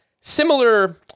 similar